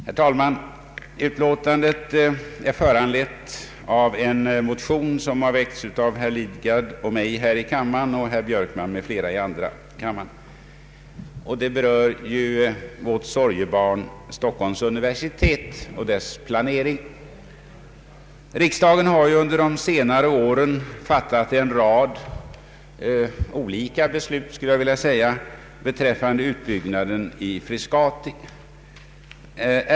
Herr talman! Utlåtandet är föranlett av en motion som har väckts av herr Lidgard och mig i denna kammare och herr Björkman m.fl. i andra kammaren. Motionen berör vårt sorgebarn, Stockholms universitet och dess planering. Riksdagen har under senare år fattat en rad olika beslut beträffande utbyggnaden i Frescati.